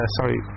sorry